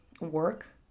work